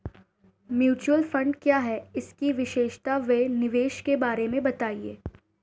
Mutual fund क्या है इसकी विशेषता व निवेश के बारे में बताइये?